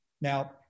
now